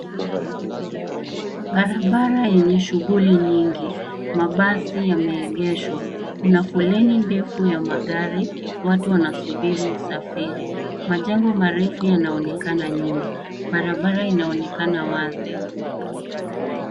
Barabara yenye shughuli nyingi, mabasi yameegeshwa, kuna foleni ndefu ya magari watu wanasubiri usafiri. Majengo marefu yanaonekana nyuma, barabara inaonekana wazi.